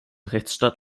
rechtsstaat